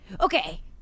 okay